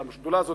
של השדולה הזאת,